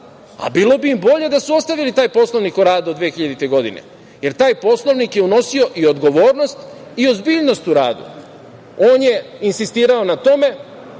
a bilo bi im bolje da su ostavili taj Poslovnik o radu od 2000. godine, jer taj Poslovnik je unosio i odgovornost i ozbiljnost u radu. On je insistirao na tome